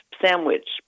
sandwich